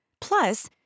Plus